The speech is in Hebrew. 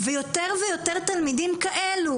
ויותר ויותר תלמידים כאלה